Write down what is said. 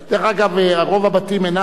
רוב הבתים אינם נמצאים באותה,